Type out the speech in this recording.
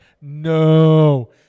No